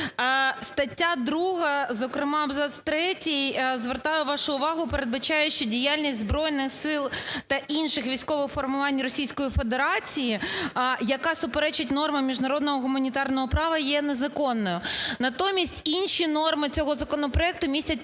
Стаття 2, зокрема абзац третій, звертаю вашу увагу, передбачає, що діяльність Збройних сил та інших військових формувань Російської Федерації, яка суперечить нормам міжнародного гуманітарного права, є незаконною. Натомість інші норми цього законопроекту містять